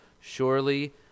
surely